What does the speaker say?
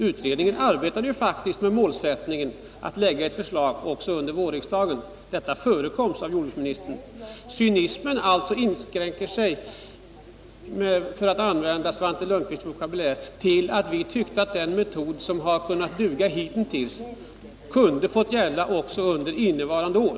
Utredningen arbetade ju faktiskt med målsättningen att arbeta fram ett förslag under våren. Detta förekoms av jordbruksministern. Cynismen — för att använda Svante Lundkvists vokabulär — inskränker sig alltså till att vi tyckte att den metod som har kunnat duga hitintills kunde ha fått användas också under innevarande år.